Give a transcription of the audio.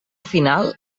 final